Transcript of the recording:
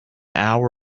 hour